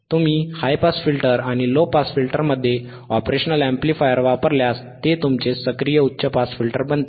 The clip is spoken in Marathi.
तुम्ही हाय पास फिल्टर आणि लो पास फिल्टरमध्ये op amp वापरल्यास ते तुमचे सक्रिय उच्च पास फिल्टर बनते